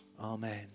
Amen